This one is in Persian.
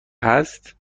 هست